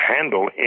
handle